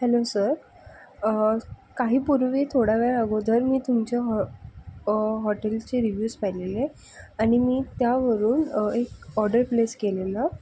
hello sir काही पूर्वी थोडावेळ अगोदर मी तुमच्या हॉ हॉटेलचे रिव्हयुज पाहिलेलेत आणि मी त्यावरून एक ऑर्डर प्लेस केलेलं